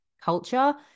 culture